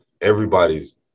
everybody's